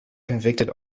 convicted